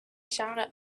شرق